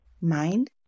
mind